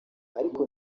ariko